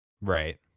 Right